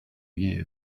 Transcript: year